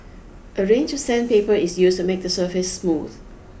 a range of sandpaper is used to make the surface smooth